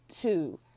two